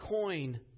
coin